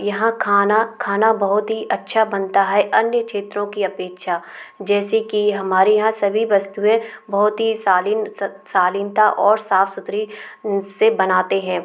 यहाँ खाना खाना बहुत ही अच्छा बनता है अन्य क्षेत्रों की अपेक्षा जैसे कि हमारे यहाँ सभी वस्तुऍं बहुत ही सालीन सालीनता और साफ सुथरी से बनाते हैं